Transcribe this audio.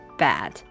bad